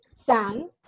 sang